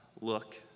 look